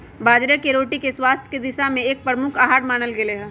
बाजरे के रोटी के स्वास्थ्य के दिशा से एक प्रमुख आहार मानल गयले है